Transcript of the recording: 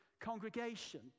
congregation